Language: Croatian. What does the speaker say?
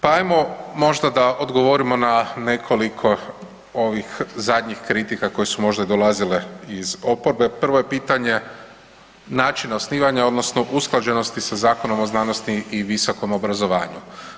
Pa ajmo možda da odgovorimo na nekoliko ovih zadnjih kritika koje su možda dolazile iz oporbe, prvo je pitanje načina osnivanja odnosno usklađenosti sa Zakonom o znanosti i visokom obrazovanju.